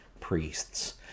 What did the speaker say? priests